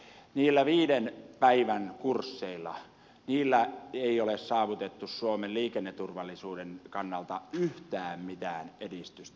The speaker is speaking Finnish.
niillä viiden päivän kursseilla ei ole saavutettu suomen liikenneturvallisuuden kannalta yhtään mitään edistystä